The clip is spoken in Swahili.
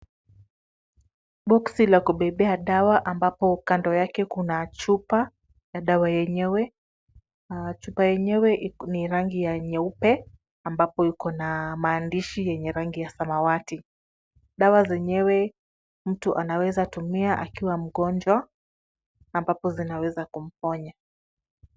Boksi la kubebea dawa ambapo kando yake kuna chupa na dawa yenyewe. Chupa yenyewe ni rangi nyeupe ambapo iko na maandishi yenye rangi ya samawati. Dawa zenyewe mtu anaweza tumia akiwa mgonjwa ambapo zinaweza kumponya.